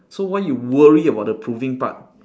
so why you worry about the proving part